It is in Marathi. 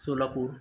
सोलापूर